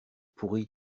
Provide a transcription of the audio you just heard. pourri